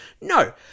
No